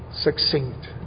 succinct